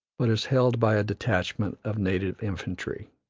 but is held by a detachment of native infantry.